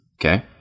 okay